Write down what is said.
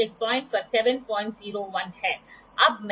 angle को फिर से सरल नियम लागू करके निर्धारित किया जाता है